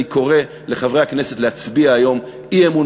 אני קורא לחברי הכנסת להצביע היום אי-אמון